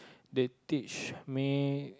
they teach me